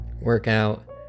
workout